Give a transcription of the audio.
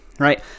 right